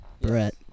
Brett